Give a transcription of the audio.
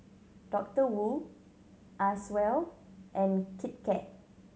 Doctor Wu Acwell and Kit Kat